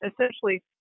essentially